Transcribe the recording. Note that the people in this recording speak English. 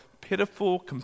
pitiful